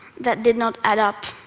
that did not add up.